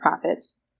profits